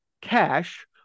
cash